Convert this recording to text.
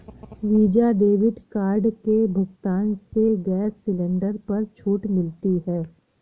visa debit card के भुगतान से गैस सिलेंडर पर छूट मिलती है